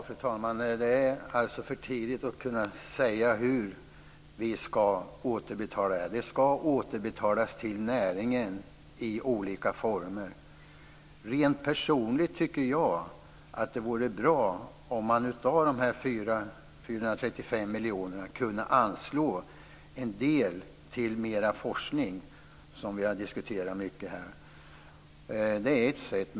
Fru talman! Det är för tidigt att nu kunna säga hur återbetalningen ska ske men det ska återbetalas till näringen i olika former. Personligen tycker jag att det vore bra om en del av de 435 miljoner kronorna kunde anslås till mer forskning, något som vi ju har diskuterat mycket här. Det är ett sätt.